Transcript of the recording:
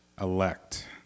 elect